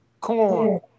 corn